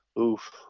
oof